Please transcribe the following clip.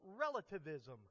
relativism